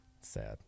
sad